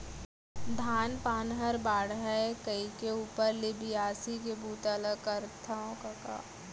धान पान हर बाढ़य कइके ऊपर ले बियासी के बूता ल करथव कका